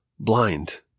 blind